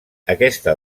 aquesta